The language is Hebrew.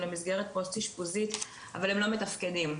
למסגרת פוסט אישפוזית אבל הם לא מתפקדים.